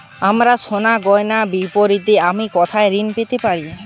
আমার সোনার গয়নার বিপরীতে আমি কোথায় ঋণ পেতে পারি?